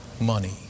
money